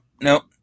nope